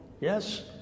Yes